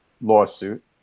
lawsuit